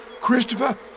Christopher